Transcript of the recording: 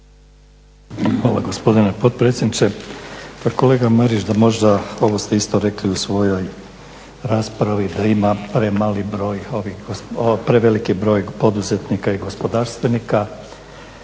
Hvala gospodine potpredsjedniče. Pa kolega Marić da možda ovo ste isto rekli u svojoj raspravi da ima premali broj, preveliki broj poduzetnika i gospodarstvenika.